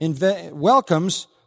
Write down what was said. welcomes